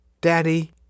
Daddy